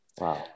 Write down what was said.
Wow